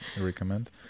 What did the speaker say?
recommend